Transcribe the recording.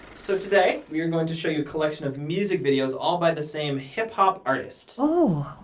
so today, we are going to show you a collection of music videos all by the same hip-hop artist. oh!